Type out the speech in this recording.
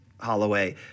Holloway